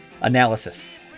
Analysis